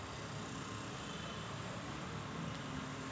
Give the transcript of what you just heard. ऊसाची ऊंची सरासरी किती वाढाले पायजे?